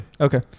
Okay